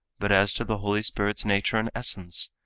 but as to the holy spirit's nature and essence,